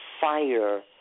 fire